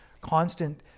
constant